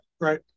Right